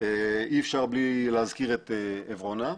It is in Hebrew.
אפשר מבלי להזכיר את עברונה,